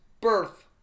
birth